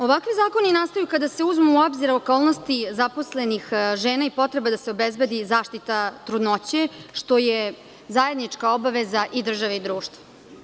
Ovakvi zakoni nastaju kada se uzmu u obzir okolnosti zaposlenih žena i potreba da se obezbedi zaštita trudnoće što je zajednička obaveza i države i društva.